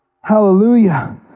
Hallelujah